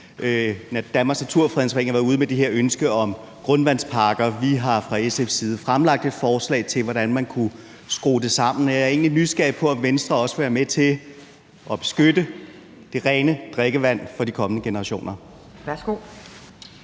Danmarks Naturfredningsforening har været ude med det her ønske om grundvandspakker, og vi har fra SF's side fremlagt et forslag til, hvordan man kunne skrue det sammen. Jeg er egentlig nysgerrig på, om Venstre også vil være med til at beskytte det rene drikkevand for de kommende generationer.